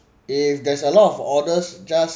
if there's a lot of orders just